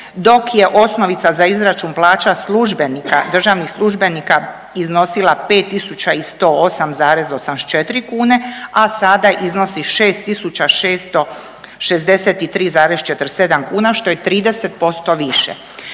dok je osnovica za izračun plaća službenika, državnih službenika iznosila 5.108,84 kn, a sada iznosi 6.663,47 kn, što je 30% i